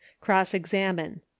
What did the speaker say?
Cross-examine